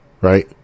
right